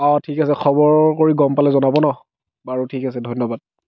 অ' ঠিক আছে খবৰ কৰি গম পালে জনাব ন বাৰু ঠিক আছে ধন্যবাদ